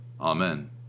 Amen